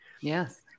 Yes